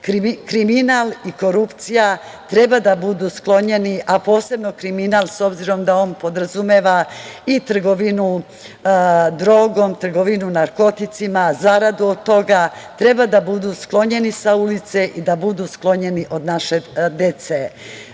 rešetaka. Kriminal i korupcija treba da budu sklonjeni, a posebno kriminal, s obzirom da on podrazumeva i trgovinu drogom, trgovinu narkoticima, zaradu od toga, treba da budu sklonjeni sa ulice i da budu sklonjeni od naše dece.